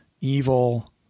evil